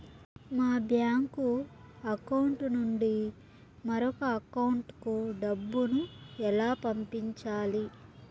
మా bank account నుండి మరొక అకౌంట్ కు డబ్బును ఎలా పంపించాలి